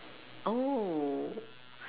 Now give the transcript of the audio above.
oh